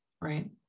right